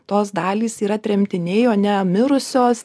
tos dalys yra tremtiniai o ne mirusios